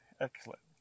excellent